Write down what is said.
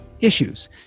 issues